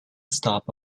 stop